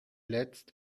letzt